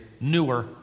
newer